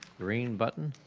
green button.